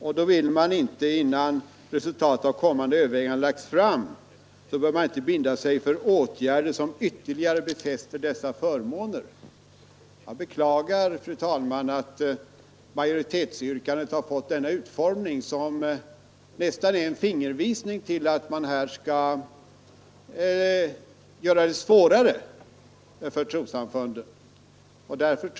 Innan resultatet av kommanäganden lagts fram, bör riksdagen därför enligt utskottets uppfattning inte binda sig för åtgärder som ytterligare befäster dessa förmåner.” Jag beklagar att majoritetens skrivning har fått denna utformning, som nästan är en fingervisning till att göra det svårare för trossamfunden.